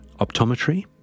optometry